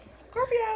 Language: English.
Scorpio